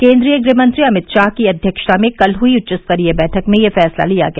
केन्द्रीय गृह मंत्री अमित शाह की अध्यक्षता में हुई कल उच्चस्तरीय बैठक में यह फैसला लिया गया